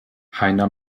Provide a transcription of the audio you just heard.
heiner